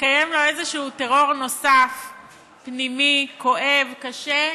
מתקיים לו איזה טרור נוסף פנימי, כואב, קשה,